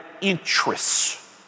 interests